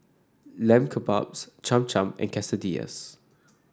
Lamb Kebabs Cham Cham and Quesadillas